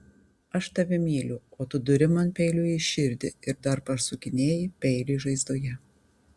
aš tave myliu o tu duri man peiliu į širdį ir dar pasukinėji peilį žaizdoje